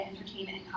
entertainment